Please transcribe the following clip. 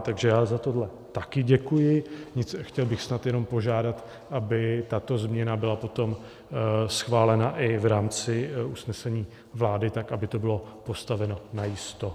Takže já za tohle taky děkuji, chtěl bych snad jenom požádat, aby tato změna byla potom schválena i v rámci usnesení vlády tak, aby to bylo postaveno najisto.